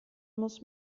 muss